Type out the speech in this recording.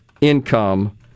income